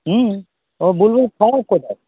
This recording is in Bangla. হুম ও বুলবুল খারাপ কোথায়